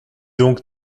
donc